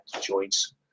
joints